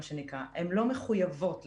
הן לא מחויבות לדווח,